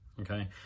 Okay